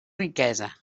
riquesa